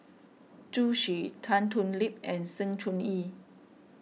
Zhu Xu Tan Thoon Lip and Sng Choon Yee